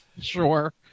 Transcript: sure